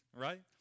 right